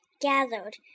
gathered